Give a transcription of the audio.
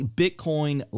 bitcoin